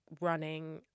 running